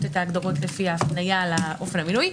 את ההגדרות לפי ההפניה לאופן המילולי,